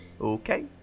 Okay